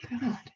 God